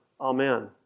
Amen